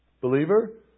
believer